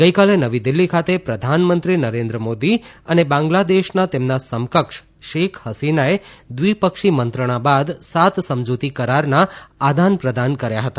ગઇકાલે નવી દિલ્હી ખાતે પ્રધાનમંત્રી નરેન્દ્ર મોદી અને બાંગ્લાદેશના તેમના સમકક્ષ શેખ હસીનાએ દ્વિપક્ષી મંત્રણા બાદ સાત સમજૂતી કરારના આદાન પ્રદાન કર્યા હતા